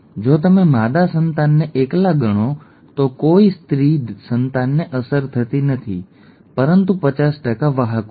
જો તમે માદા સંતાનને એકલા ગણો તો કોઈ સ્ત્રી સંતાનને અસર થતી નથી પરંતુ 50 વાહકો છે